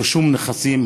רישום נכסים,